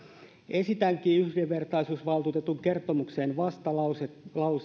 esitänkin yhdenvertaisuusvaltuutetun kertomukseen vastalausetta